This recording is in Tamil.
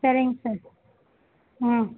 சரிங் சார் ம்